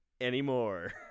anymore